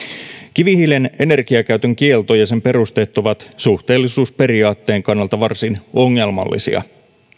kivihiilen energiakäytön kielto ja sen perusteet ovat suhteellisuusperiaatteen kannalta varsin ongelmallisia